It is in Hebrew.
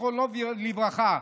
זיכרונו לברכה,